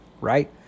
right